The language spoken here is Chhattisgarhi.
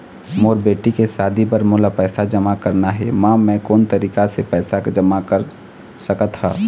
मोर बेटी के शादी बर मोला पैसा जमा करना हे, म मैं कोन तरीका से पैसा जमा कर सकत ह?